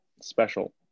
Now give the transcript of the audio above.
special